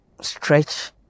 stretch